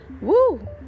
woo